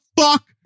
fuck